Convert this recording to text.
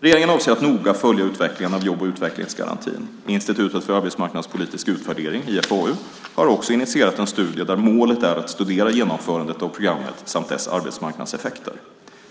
Regeringen avser att noga följa utvecklingen av jobb och utvecklingsgarantin. Institutet för arbetsmarknadspolitisk utvärdering, IFAU, har också initierat en studie där målet är att studera genomförandet av programmet samt dess arbetsmarknadseffekter.